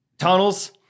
Tunnels